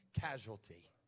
casualty